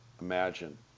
imagine